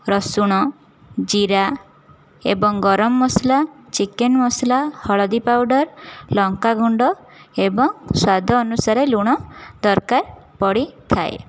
ରସୁଣ ଜିରା ଏବଂ ଗରମ ମସଲା ଚିକେନ ମସଲା ହଳଦୀ ପାଉଡର ଲଙ୍କା ଗୁଣ୍ଡ ଏବଂ ସ୍ଵାଦ ଅନୁସାରେ ଲୁଣ ଦରକାର ପଡ଼ିଥାଏ